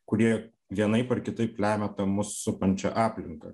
kurie vienaip ar kitaip lemia tą mus supančią aplinką